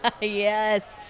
Yes